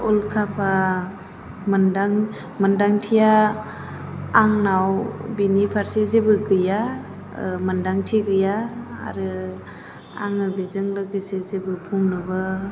उल्खाफा मोन्दांथिया आंनाव बेनि फारसे जेबो गैया मोन्दांथि गैया आरो आङो बेजों लोगोसे जेबो बुंनोबो